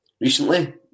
recently